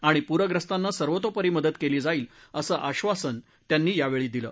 आणि पुरग्रस्तांना सर्वतोपरी मदत केली जाईल असं आश्वासन त्यांनी यावेळी दिल